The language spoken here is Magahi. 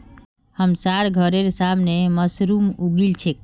हमसार घरेर सामने मशरूम उगील छेक